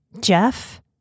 Jeff